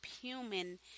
human